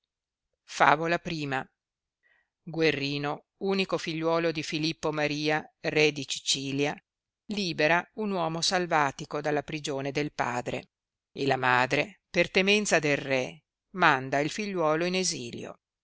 favola i guerrino unico figliuolo di filippo maria re di cicilia libera un uomo salvatico dalla prigione del padre e la madre per temenza del re manda il figliuolo in essilio